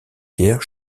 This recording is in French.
pierre